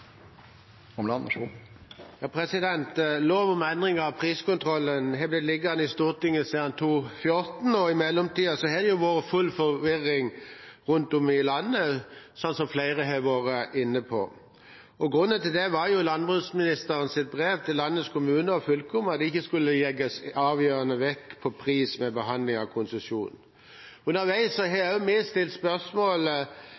Lov om endringer av priskontrollen har blitt liggende i Stortinget siden 2014, og i mellomtiden har det vært full forvirring rundt om i landet, som flere har vært inne på. Grunnen til det var landbruksministerens brev til landets kommuner og fylker om at det ikke skulle legges avgjørende vekt på pris ved behandling av konsesjon. Underveis har